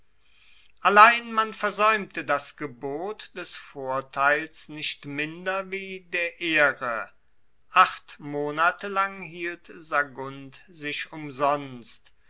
allein man versaeumte das gebot des vorteils nicht minder wie der ehre acht monate lang hielt sagunt sich umsonst